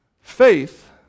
Faith